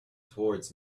towards